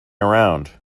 around